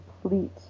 complete